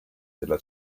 della